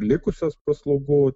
likusios paslaugų